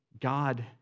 God